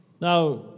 Now